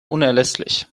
unerlässlich